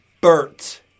Bert